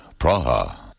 Praha